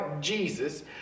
Jesus